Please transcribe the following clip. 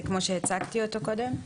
כפי שהצגתי אותו קודם.